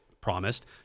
promised